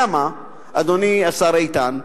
אלא מה, אדוני השר איתן,